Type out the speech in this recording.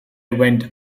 went